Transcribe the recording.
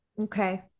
Okay